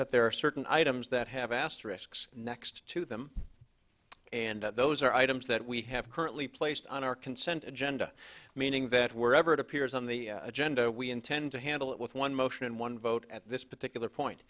that there are certain items that have asterisks next to them and those are items that we have currently placed on our consent agenda meaning that wherever it appears on the agenda we intend to handle it with one motion and one vote at this particular point